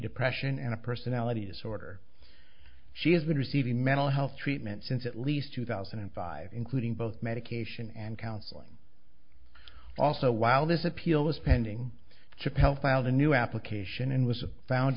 depression and a personality disorder she has been receiving mental health treatment since at least two thousand and five including both medication and counseling also while this appeal is pending to pelle filed a new application and was found